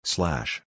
Slash